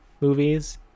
movies